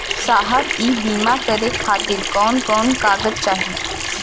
साहब इ बीमा करें खातिर कवन कवन कागज चाही?